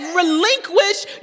relinquished